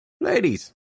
Ladies